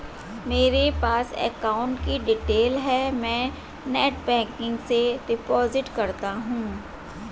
मेरे पास अकाउंट की डिटेल है मैं नेटबैंकिंग से डिपॉजिट करता हूं